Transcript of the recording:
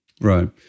Right